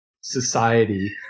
society